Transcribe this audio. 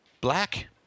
black